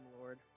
Lord